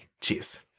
Cheers